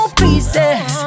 pieces